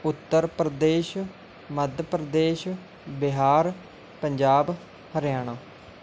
Uttar Pradesh Madhya Pradesh Bihar Punjab Haryana